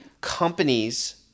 companies